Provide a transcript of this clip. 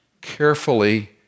carefully